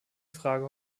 frage